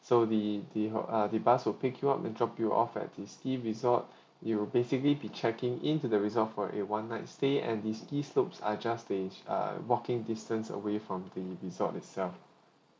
so the the hot~ uh the bus will pick you up and drop you off at the ski resort you'll basically be checking in to the resort for a one night stay and this ski slopes are just there's uh walking distance away from the resort itself